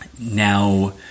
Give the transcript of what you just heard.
Now